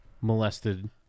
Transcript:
molested